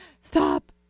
stop